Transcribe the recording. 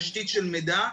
תשתית של מידע.